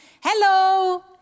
Hello